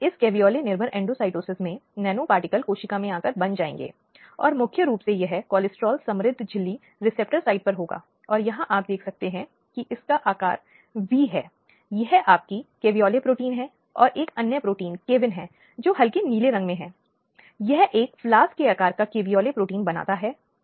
धारा 357 और हाल ही में 357A जोड़ा गया है जिसमें मुआवजे की एक वैधानिक योजना है जिसे निर्धारित किया जाना है और ऐसी योजना सभी राज्यों में रखी गई है जहां विभिन्न अपराधों के लिए कानून के तहत या दंड कानून के तहत मुआवजे की अलग अलग मात्रा राज्य द्वारा देय होनी चाहिए